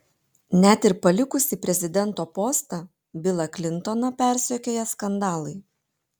net ir palikusį prezidento postą bilą klintoną persekioja skandalai